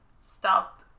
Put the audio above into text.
stop